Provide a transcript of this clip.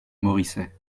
moricet